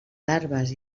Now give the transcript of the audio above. larves